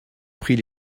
prit